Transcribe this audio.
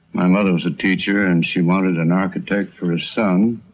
my mother was a teacher and she wanted an architect for a son,